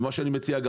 זה מה שאני גם כאן,